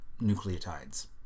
nucleotides